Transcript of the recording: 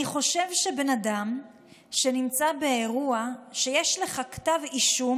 אני חושב שבן אדם שנמצא באירוע שיש לך כתב אישום,